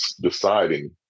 deciding